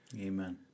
Amen